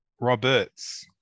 Roberts